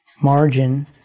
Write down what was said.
margin